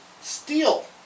Steel